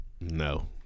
No